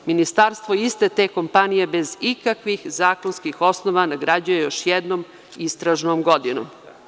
Ministarstvo iste te kompanije, bez ikakvih zakonskih osnova nagrađuje još jednom istražnom godinom.